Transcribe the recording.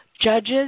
judges